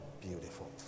Beautiful